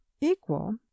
equal